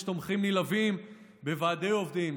יש תומכים נלהבים בוועדי עובדים,